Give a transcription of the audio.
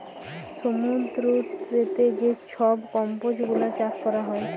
সমুদ্দুরেতে যে ছব কম্বজ গুলা চাষ ক্যরা হ্যয়